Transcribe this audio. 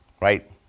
right